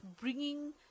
bringing